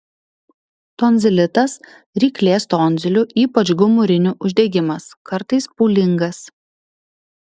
tonzilitas ryklės tonzilių ypač gomurinių uždegimas kartais pūlingas